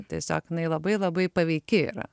tiesiog jinai labai labai paveiki yra